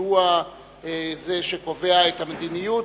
שהוא זה שקובע את המדיניות.